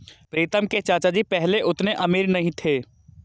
प्रीतम के चाचा जी पहले उतने अमीर नहीं थे